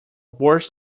worse